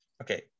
Okay